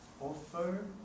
offer